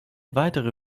weitere